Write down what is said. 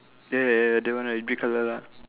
there that one right red colour lah